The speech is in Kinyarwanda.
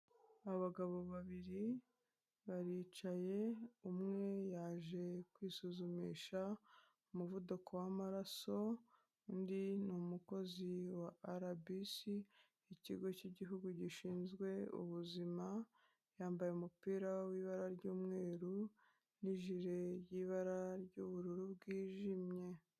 Abagabo babiri baricaye, umwe yaje kwisuzumisha umuvuduko w'amaraso, undi ni numukozi wa arabisi ikigo cyigihugu gishinzwe ubuzima, yambaye umupira w'ibara ry'umweru nijiri ryibara ry'ubururu bwijimye.